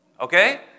Okay